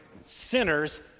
sinners